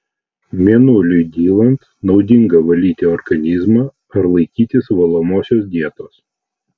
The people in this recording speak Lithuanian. mėnuliui dylant naudinga valyti organizmą ar laikytis valomosios dietos